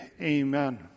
amen